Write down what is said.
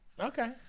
okay